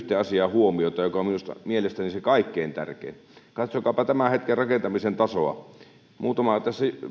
huomiota yhteen asiaan joka on mielestäni se kaikkein tärkein katsokaapa tämän hetken rakentamisen tasoa